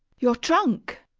your trunk?